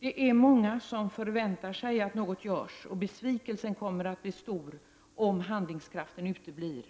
Det är många som förväntar sig att något görs, och besvikelsen kommer att bli stor om handlingskraften uteblir.